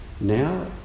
Now